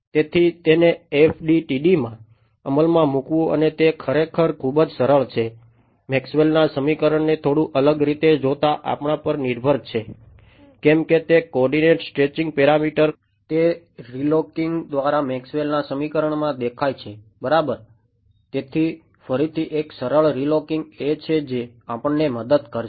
તેથી તેને FDTD માં અમલમાં મૂકવું અને તે ખરેખર ખૂબ જ સરળ છે મેક્સવેલના સમીકરણને થોડું અલગ રીતે જોતા આપણા પર નિર્ભર છે કેમ કે તે કોઓર્ડિનેટેડ સ્ટ્રેચિંગ પેરામીટર એ છે જે આપણને મદદ કરશે